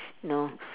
no